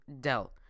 Dell